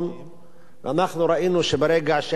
ואנחנו ראינו שברגע שהיה שיפור מסוים